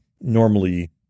normally